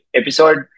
episode